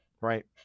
right